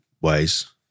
ways